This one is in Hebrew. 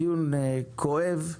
דיון כואב,